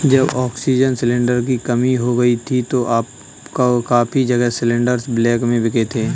जब oxygen cylinder की कमी हो गई थी तो काफी जगह सिलेंडरस ब्लैक में बिके थे